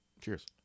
cheers